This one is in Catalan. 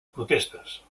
protestes